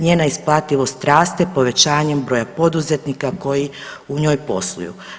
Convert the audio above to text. Njena isplativost raste povećanjem broja poduzetnika koji u njoj posluju.